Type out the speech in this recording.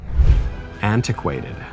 antiquated